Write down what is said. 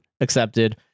accepted